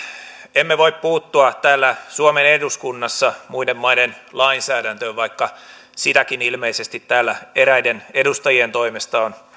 emme voi puuttua täällä suomen eduskunnassa muiden maiden lainsäädäntöön vaikka sitäkin ilmeisesti täällä eräiden edustajien toimesta on